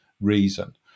reason